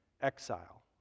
exile